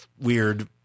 weird